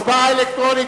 הצבעה אלקטרונית,